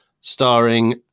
starring